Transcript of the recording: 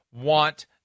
want